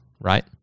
right